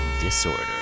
disorder